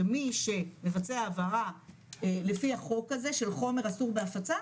שמי שמבצע העברה לפי החוק הזה של חומר אסור בהפצה,